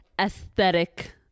aesthetic